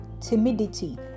timidity